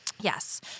Yes